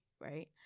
right